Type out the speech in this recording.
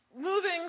Moving